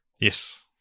Yes